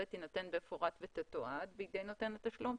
תינתן במפורט ותתועד בידי נותן התשלום.